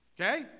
Okay